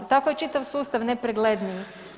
Tako je čitav sustav nepregledniji.